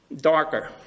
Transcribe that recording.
darker